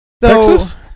Texas